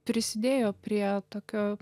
prisidėjo prie tokio